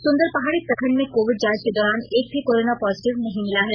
सुंदर पहाड़ी प्रखंड में कोविड जांच के दौरान एक भी कोरोना पॉजिटिव नहीं मिला है